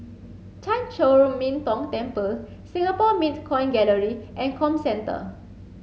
Chan Chor Min Tong Temple Singapore Mint Coin Gallery and Comcentre